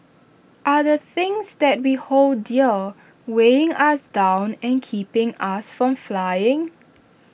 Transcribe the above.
are the things that we hold dear weighing us down and keeping us from flying